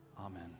Amen